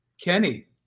Kenny